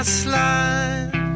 slide